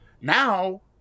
Now